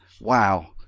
wow